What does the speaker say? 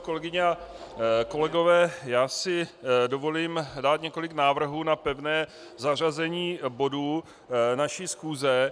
Kolegyně a kolegové, dovolím si dát několik návrhů na pevné zařazení bodů naší schůze.